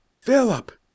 Philip